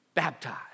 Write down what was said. baptized